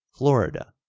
florida,